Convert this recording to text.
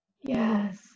Yes